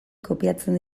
kopiatzen